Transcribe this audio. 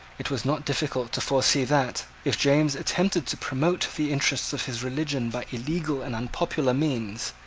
it was not difficult to foresee that, if james attempted to promote the interests of his religion by illegal and unpopular means,